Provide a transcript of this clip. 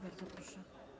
Bardzo proszę.